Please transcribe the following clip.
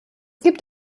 gibt